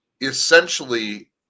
essentially